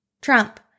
Trump